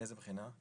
מאיזה בחינה?